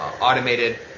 Automated